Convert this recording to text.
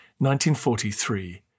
1943